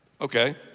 okay